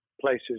places